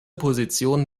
position